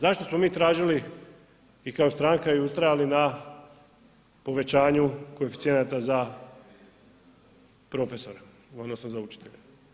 Zašto smo mi tražili i kao stranka i ustajali na povećaju koeficijenata za profesore, odnosno za učitelje?